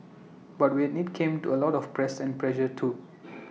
but with IT came to A lot of press and pressure too